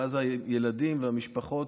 ואז הילדים והמשפחות,